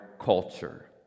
culture